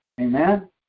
Amen